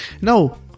no